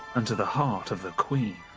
and to the heart of the queen